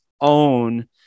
own